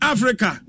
Africa